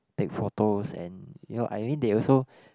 take photos and you know I mean they also